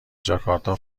جاکارتا